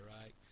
right